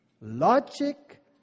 Logic